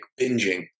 binging